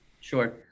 Sure